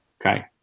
Okay